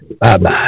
Bye-bye